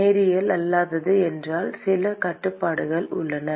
நேரியல் அல்லாதது என்றால் சில கட்டுப்பாடுகள் உள்ளன